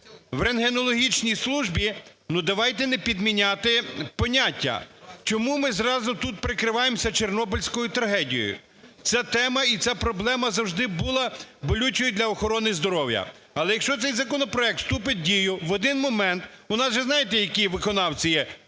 в рентгенологічній службі, давайте не підміняти поняття. Чому ми відразу тут прикриваємося Чорнобильською трагедією? Ця тема і ця проблема завжди була болючою для охорони здоров'я. Але якщо цей законопроект вступить в дію в один момент, у нас же знаєте, які виконавці є,